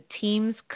team's